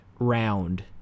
round